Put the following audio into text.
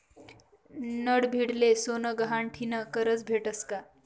नडभीडले सोनं गहाण ठीन करजं भेटस का?